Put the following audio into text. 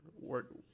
work